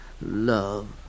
love